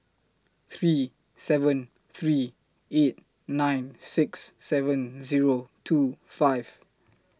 three seven three eight nine six seven Zero two five